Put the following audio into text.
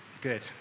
Good